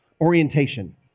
orientation